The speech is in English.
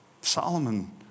Solomon